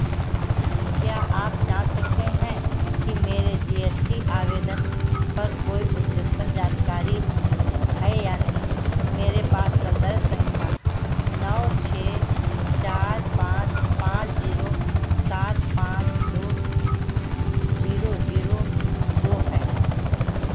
क्या आप जाँच सकते हैं कि मेरे जी एस टी आवेदन पर कोई अद्यतन जानकारी है या नहीं मेरे पास संदर्भ संख्या नौ छः चार पाँच पाँच जीरो सात पाँच दो जीरो जीरो दो है